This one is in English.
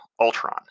Ultron